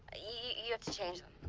ah you have to change them.